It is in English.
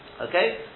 Okay